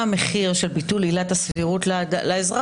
מה המחיר של ביטול עילת הסבירות לאזרחים,